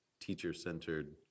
teacher-centered